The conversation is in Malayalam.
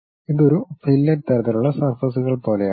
ഇത് ഒരു ഫില്ലറ്റ് തരത്തിലുള്ള സർഫസ്കൾ പോലെയാകാം